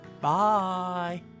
Bye